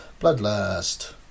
Bloodlust